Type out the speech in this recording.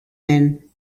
men